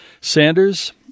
Sanders